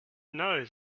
know